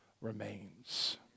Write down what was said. remains